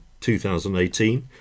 2018